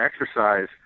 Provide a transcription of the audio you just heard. exercise